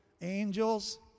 angels